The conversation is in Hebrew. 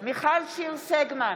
מיכל שיר סגמן,